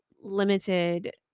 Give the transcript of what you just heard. limited